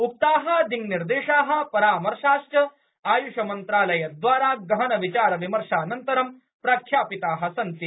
उक्ता दिंनिर्देशा परामर्शाश्च आयुष मंत्रालय द्वारा गहनविचारविमर्शानन्तरं प्रख्यापिता सन्ति